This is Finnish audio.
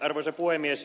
arvoisa puhemies